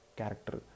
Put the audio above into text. character